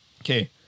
Okay